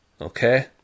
okay